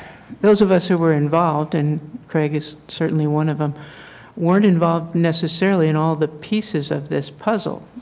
those of us who were involved, and craig is certainly one of them weren't involved necessarily in all the pieces of this puzzle.